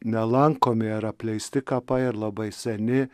nelankomi ir apleisti kapai ir labai seni